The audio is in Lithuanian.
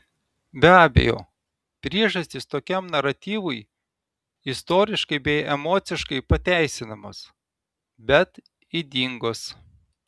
be abejo priežastys tokiam naratyvui istoriškai bei emociškai pateisinamos bet ydingos